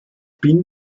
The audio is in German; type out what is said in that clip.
bin